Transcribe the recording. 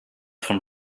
von